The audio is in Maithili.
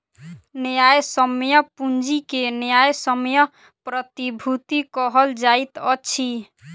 न्यायसम्य पूंजी के न्यायसम्य प्रतिभूति कहल जाइत अछि